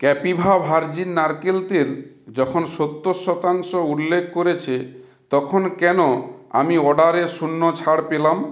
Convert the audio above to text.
Kapiva virgin নারকেল তেল যখন সত্তর শতাংশ উল্লেখ করেছে তখন কেন আমি অর্ডারে শূন্য ছাড় পেলাম